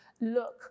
look